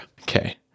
okay